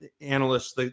analysts